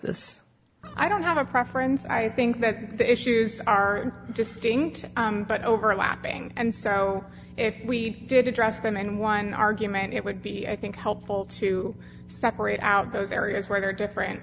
this i don't have a preference i think that the issues are distinct but overlapping and so if we did address them in one argument it would be i think helpful to separate out those areas where there are different